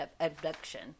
abduction